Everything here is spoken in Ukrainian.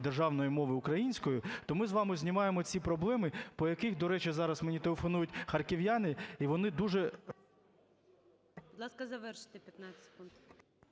державної мови української, то ми з вами знімаємо ці проблеми, по яких, до речі, зараз мені телефонують харків'яни, і вони дуже…